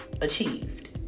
achieved